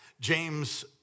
James